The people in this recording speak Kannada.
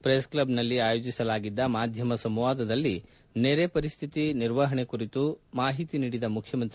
ಪ್ರೆಸ್ಕ್ಷಬ್ನಲ್ಲಿ ಆಯೋಜಿಸಲಾಗಿದ್ದ ಮಾಧ್ಯಮ ಸಂವಾದದಲ್ಲಿ ನೆರೆ ಪರಿಸ್ಥಿತಿ ನಿರ್ವಹಣೆ ಕುರಿತು ಮಾಹಿತಿ ನೀಡಿದ ಮುಖ್ಯಮಂತ್ರಿ